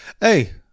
Hey